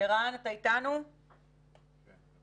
אין לי